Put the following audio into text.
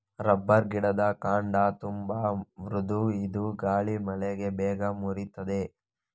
rubber ಗಿಡದ ಕಾಂಡ ತುಂಬಾ ಮೃದು ಇದ್ದು ಗಾಳಿ ಮಳೆಗೆ ಬೇಗ ಮುರೀತದೆ